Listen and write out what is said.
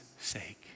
sake